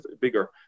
Bigger